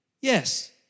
Yes